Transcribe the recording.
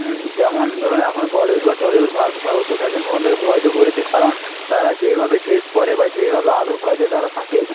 হুম যেমন ধরুন এখন বলিউড বা টলিউড ভারতের সর্বত্র ফ্যাশান প্রবণতাকে প্রভাবিত করেছে কারণ তারা যেইভাবে ড্রেস পরে বা যেভাবে আদব কায়দায় তারা থাকে